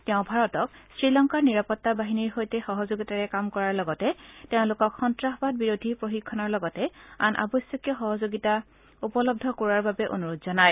তেওঁ ভাৰতক শ্ৰীলংকাৰ নিৰাপত্তা বাহিনীৰ সৈতে সহযোগিতাৰে কাম কৰাৰ লগতে তেওঁলোকক সন্ত্ৰাসবাদ বিৰোধী প্ৰশিক্ষণৰ লগতে আন আৱশ্যকীয় সহযোগিতা উপলব্ধ কৰোৱাৰ বাবেও অনুৰোধ জনায়